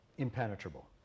impenetrable